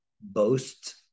boasts